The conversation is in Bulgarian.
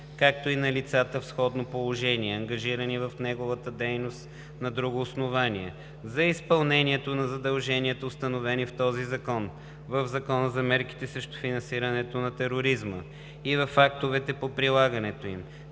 както и на лицата в сходно положение, ангажирани в неговата дейност на друго основание, за изпълнението на задълженията, установени в този закон, в Закона за мерките срещу финансирането на тероризма и в актовете по прилагането им,